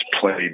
played